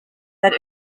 that